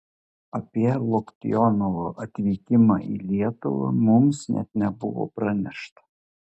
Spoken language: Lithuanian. apie loktionovo atvykimą į lietuvą mums net nebuvo pranešta